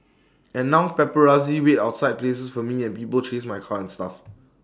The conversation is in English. and now paparazzi wait outside places for me and people chase my car and stuff